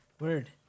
Word